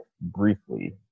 briefly